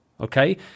Okay